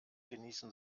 genießen